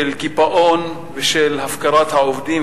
של קיפאון ושל הפקרת העובדים,